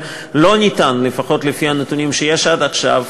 אבל לא ניתן, לפחות לפי הנתונים שיש עד עכשיו,